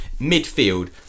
Midfield